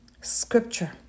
scripture